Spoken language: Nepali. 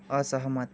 असहमत